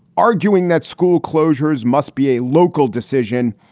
arguing that school closures must be a local decision.